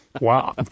Wow